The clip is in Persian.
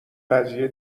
قضیه